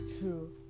true